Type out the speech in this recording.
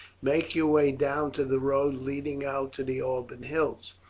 make your way down to the road leading out to the alban hills.